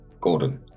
Gordon